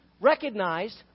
recognized